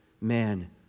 man